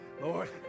Lord